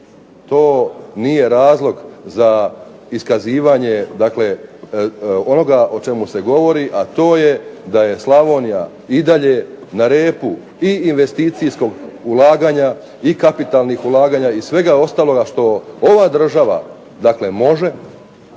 to nije razlog za iskazivanje, dakle onoga o čemu se govori, a to je da je Slavonija i dalje na repu i investicijskog ulaganja i kapitalnih ulaganja i svega ostaloga što ova država,